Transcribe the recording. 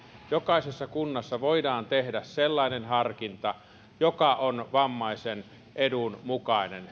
jokaisessa kunnassa voidaan tehdä sellainen harkinta joka on vammaisen edun mukainen